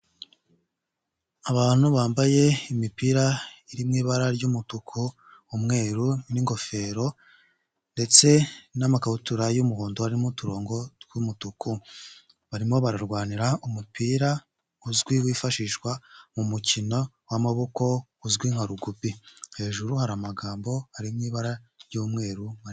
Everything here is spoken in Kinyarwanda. Abantu bambaye imipira iri mu ibara ry'umutuku umweru n'ingofero ndetse n'amakabutura y'umuhondo harimo uturongo tw'umutuku, barimo bararwanira umupira uzwi wifashishwa mu mukino w'amaboko uzwi nka rugubi .Hejuru hari amagambo harimo ibara ry'umweru.